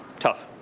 tough.